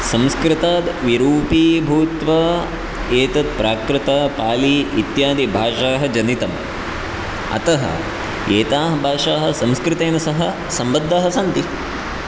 संस्कृताद् विरूपीभूत्वा एतद् प्राकृत पाली इत्यादिभाषाः जनितम् अतः एताः भाषाः संस्कृतेन सह सम्बद्धाः सन्ति